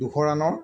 দুশ ৰাণৰ